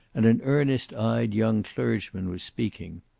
and an earnest-eyed young clergyman was speaking.